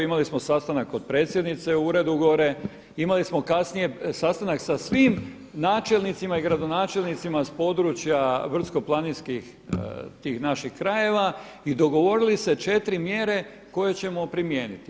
Imali smo sastanak kod Predsjednice u uredu gore, imali smo kasnije sastanak sa svim načelnicima i gradonačelnicima s područja brdsko-planinskih tih naših krajeva i dogovorili se četiri mjere koje ćemo primijeniti.